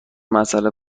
مسئله